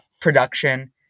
production